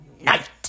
night